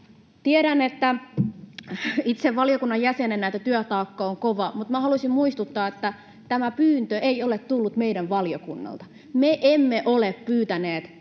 Tiedän itse valiokunnan jäsenenä, että työtaakka on kova, mutta minä haluaisin muistuttaa, että tämä pyyntö ei ole tullut meidän valiokunnalta. Me emme ole pyytäneet sitä,